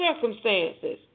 circumstances